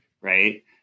Right